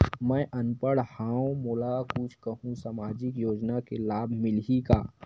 मैं अनपढ़ हाव मोला कुछ कहूं सामाजिक योजना के लाभ मिलही का?